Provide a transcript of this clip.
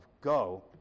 Go